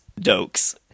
dokes